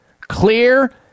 Clear